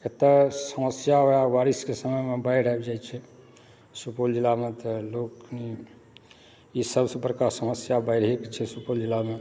एतऽ समस्या वएह बारिशक समयमे बाढि आबि जाइत छैक सुपौल जिलामे तऽ लोक कनी ई सबसँ बड़का समस्या बाढ़िके छैक सुपौल जिलामे